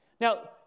Now